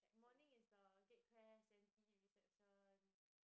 morning is the gate crash then tea reception